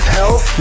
health